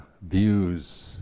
views